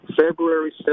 February